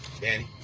Danny